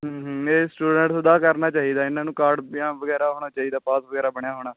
ਇਹ ਸਟੂਡੈਂਟਸ ਦਾ ਕਰਨਾ ਚਾਹੀਦਾ ਇਹਨਾਂ ਨੂੰ ਕਾਰਡ ਪਿਆ ਵਗੈਰਾ ਹੋਣਾ ਚਾਹੀਦਾ ਪਾਸ ਵਗੈਰਾ ਬਣਿਆ ਹੋਣਾ